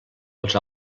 els